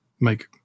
make